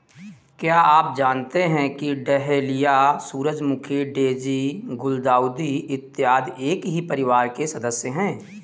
क्या आप जानते हैं कि डहेलिया, सूरजमुखी, डेजी, गुलदाउदी इत्यादि एक ही परिवार के सदस्य हैं